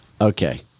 Okay